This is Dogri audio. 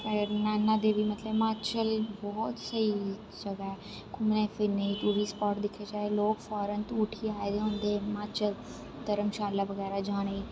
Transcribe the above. नैना देवी हिमाचल मतलब बौह्त स्हेई जगह ऐ घूमने फिरने गी टूरिस्ट स्पाट दिक्खेआ जाए लोग सारे उट्ठियैआए दे होंदे हिमाचल धर्मशाला बगैरा जाने गी